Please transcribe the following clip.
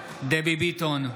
בעד דבי ביטון,